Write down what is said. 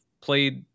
played